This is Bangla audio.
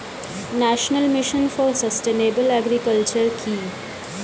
National mission for sustainable agriculture কি?